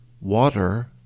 Water